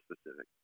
specific